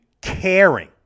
caring